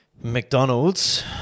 McDonald's